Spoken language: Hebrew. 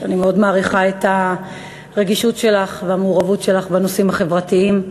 שאני מאוד מעריכה את הרגישות שלך והמעורבות שלך בנושאים החברתיים,